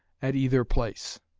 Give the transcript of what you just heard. at either place.